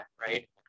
right